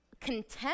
contempt